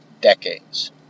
decades